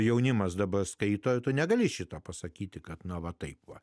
jaunimas dabar skaito ir tu negali šito pasakyti kad na va taip va